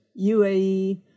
UAE